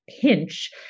pinch